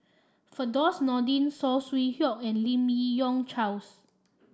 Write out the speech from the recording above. Firdaus Nordin Saw Swee Hock and Lim Yi Yong Charles